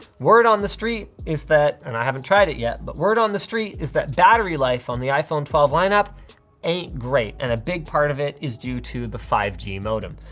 word on the street is that, and i haven't tried it yet, but word on the street is that battery life on the iphone twelve lineup ain't great, and a big part of it is due to the five g modem.